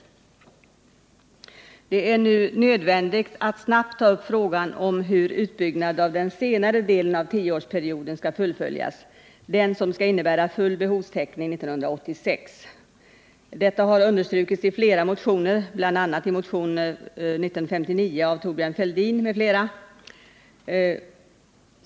Det är nu nödvändigt att snabbt ta upp frågan om hur utbyggnaden under den senare delen av tioårsperioden skall fullföljas — den som skall innebära full behovstäckning år 1986. Detta har understrukits i flera motioner, bl.a. i motionen 1259 av Thorbjörn Fälldin m.fl.